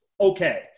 okay